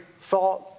thought